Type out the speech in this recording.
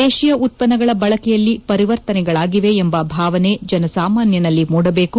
ದೇಶೀಯ ಉತ್ಪನ್ನಗಳ ಬಳಕೆಯಲ್ಲಿ ಪರಿವರ್ತನೆಗಳಾಗಿವೆ ಎಂಬ ಭಾವನೆ ಜನಸಾಮಾನ್ಯನಲ್ಲಿ ಮೂಡಬೇಕು